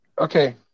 Okay